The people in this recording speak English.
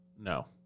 No